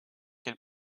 quel